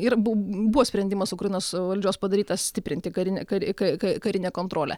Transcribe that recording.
ir buvo sprendimas ukrainos valdžios padarytas stiprinti karinę ka karinę kontrolę